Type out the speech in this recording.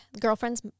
girlfriend's